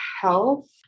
health